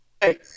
hey